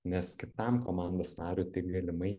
nes kitam komandos nariui tai galimai